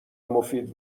مفید